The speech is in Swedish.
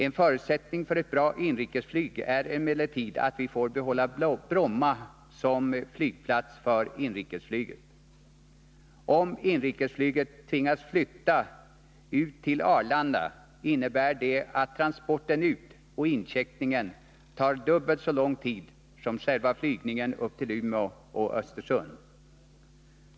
En förutsättning för ett bra inrikesflyg är emellertid att vi får behålla Bromma som flygplats för inrikesflyget. Om inrikesflyget tvingas flytta ut till Arlanda innebär det att transporten ut och incheckningen tar dubbelt så lång tid som själva flygningen upp till Umeå och Östersund.